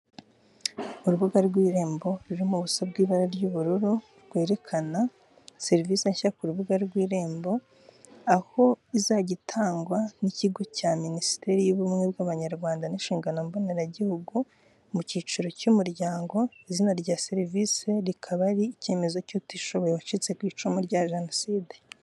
Urubuga rw'irembo ruririmo ubusa bw'ibara ry'ubururu rwerekana serivisi nshya ku rubuga rw'irembo aho izajya itangwa n'ikigo cya minisiteri y'ubumwe bw'abanyarwanda n'inshingano mboneragihugu mu cyiciro cy'umuryango izina rya serivisi rikaba ari icyemezo cy'utishoboye wacitse ku icumu rya jenoside.